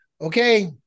okay